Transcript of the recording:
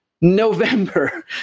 November